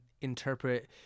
interpret